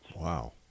Wow